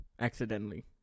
Accidentally